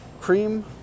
Cream